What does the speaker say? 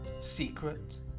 secret